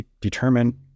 determine